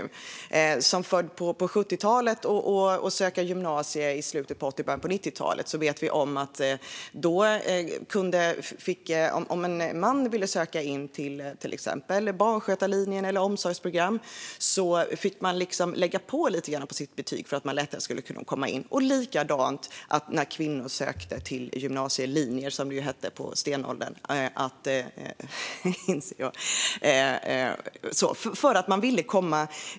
Vi som föddes på 70-talet och sökte till gymnasiet i slutet av 80-talet eller början av 90-talet vet att en man som ville söka till exempelvis barnskötarlinjen eller ett omsorgsprogram fick lägga på lite på sitt betyg för att lättare kunna komma in. Likadant var det när kvinnor sökte till gymnasielinjer, som det ju hette på stenåldern.